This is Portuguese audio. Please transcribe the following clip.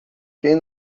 quem